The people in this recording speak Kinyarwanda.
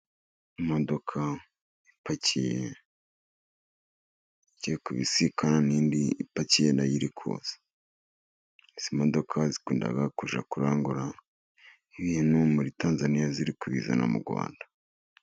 Imodoka ipakiye, igiye kubisikana n'indi ipakiye nayo iri kuza. Izi modoka zikunda kujya kurangura ibintu muri Tanzania, ziri kubizana mu Rwanda.